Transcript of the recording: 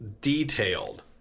detailed